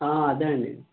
అదే అండి